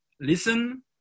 listen